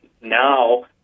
now